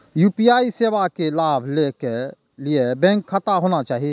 UPI सेवा के लाभ लै के लिए बैंक खाता होना चाहि?